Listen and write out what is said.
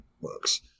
works